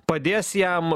padės jam